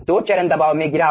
दो चरण दबाव में गिराव